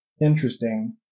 interesting